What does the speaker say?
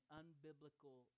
unbiblical